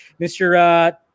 Mr